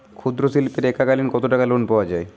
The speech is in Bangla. ক্ষুদ্রশিল্পের এককালিন কতটাকা লোন পাওয়া য়ায়?